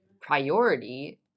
priority